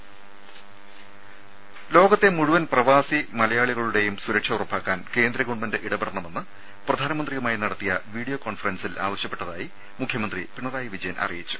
ദേദ ലോകത്തെ മുഴുവൻ പ്രവാസി മലയാളികളുടെയും സുരക്ഷ ഉറപ്പാക്കാൻ കേന്ദ്രഗവൺമെന്റ് ഇടപെടണമെന്ന് പ്രധാനമന്ത്രിയുമായി നടത്തിയ വീഡിയോ കോൺഫറൻസിൽ ആവശ്യപ്പെട്ടതായി മുഖ്യമന്ത്രി പിണറായി വിജയൻ അറിയിച്ചു